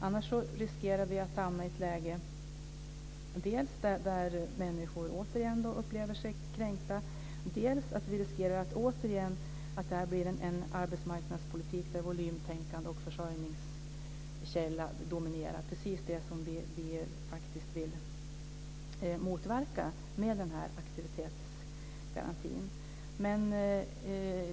Annars riskerar vi dels att hamna i ett läge där människor återigen upplever sig som kränkta, dels att det återigen blir en arbetsmarknadspolitik där volymtänkande och försörjningskälla dominerar. Det är precis det som vi faktiskt vill motverka med den här aktivitetsgarantin.